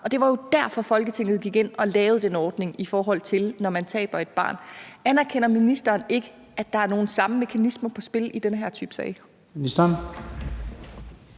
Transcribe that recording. og det var derfor, Folketinget gik ind og lavede den ordning. Anerkender ministeren ikke, at der er nogle af de samme mekanismer på spil i den her type sag?